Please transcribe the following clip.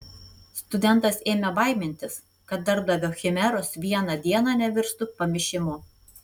studentas ėmė baimintis kad darbdavio chimeros vieną dieną nevirstų pamišimu